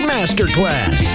Masterclass